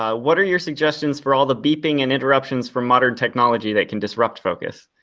ah what are your suggestions for all the beeping and interruptions from modern technology that can disrupt focus?